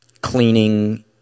cleaning